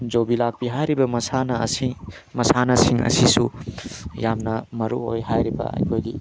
ꯌꯨꯕꯤ ꯂꯥꯛꯄꯤ ꯍꯥꯏꯔꯤꯕ ꯃꯁꯥꯟꯅ ꯑꯁꯤ ꯃꯁꯥꯟꯅꯁꯤꯡ ꯑꯁꯤꯁꯨ ꯌꯥꯝꯅ ꯃꯔꯨ ꯑꯣꯏ ꯍꯥꯏꯔꯤꯕ ꯑꯩꯈꯣꯏꯒꯤ